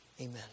Amen